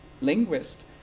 linguist